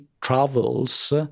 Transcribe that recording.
travels